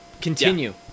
continue